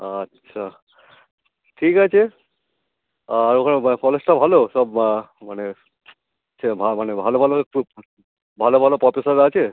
আচ্ছা ঠিক আছে আর ওখানে বা কলেজটা ভালো সব মানে সে ভা মানে ভালো ভালো পুপ ভালো ভালো প্রফেসররা আছে